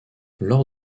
lors